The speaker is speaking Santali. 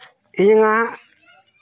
ᱤᱧᱟᱜ